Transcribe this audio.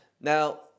now